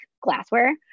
glassware